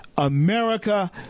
America